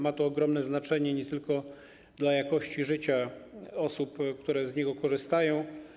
Ma to ogromne znaczenie nie tylko dla jakości życia osób, które z niego korzystają.